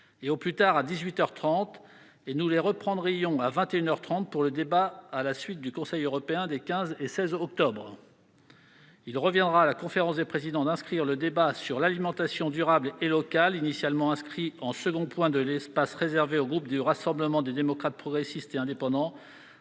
les reprendrions à vingt et une heures trente pour le débat à la suite du Conseil européen des 15 et 16 octobre. Il reviendra à la conférence des présidents d'inscrire le débat sur l'alimentation durable et locale, initialement inscrit en second point de l'espace réservé au groupe du Rassemblement des démocrates, progressistes et indépendants,